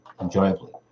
enjoyably